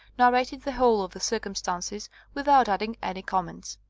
narrated the whole of the circumstances without adding any comment.